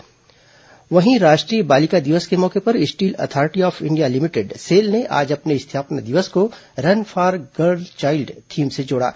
cell स्थापना दिवस वहीं राष्ट्रीय बालिका दिवस के मौके पर steel authority of India limited SAIL ने आज अपने स्थापना दिवस को run for girl child theme से जोड़ा